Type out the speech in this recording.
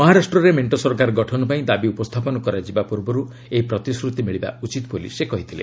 ମହାରାଷ୍ଟ୍ରରେ ମେଣ୍ଟ ସରକାର ଗଠନ ପାଇଁ ଦାବି ଉପସ୍ଥାପନ କରାଯିବା ପୂର୍ବର୍ତ ଏହି ପ୍ରତିଶ୍ରତି ମିଳିବା ଉଚିତ୍ ବୋଲି ସେ କହିଥିଲେ